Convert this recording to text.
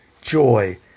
joy